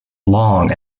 long